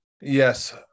Yes